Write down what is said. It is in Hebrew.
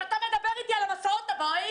ואתה מדבר איתי על המסעות הבאים?